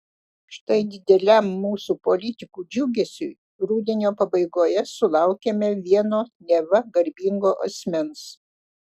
štai dideliam mūsų politikų džiugesiui rudenio pabaigoje sulaukėme vieno neva garbingo asmens